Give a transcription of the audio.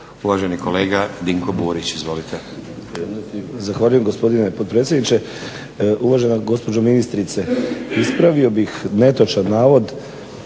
Uvaženi kolega Dinko Burić, izvolite. **Burić, Dinko (HDSSB)** Zahvaljujem gospodine potpredsjedniče. Uvažena gospođo ministrice ispravio bih netočan navod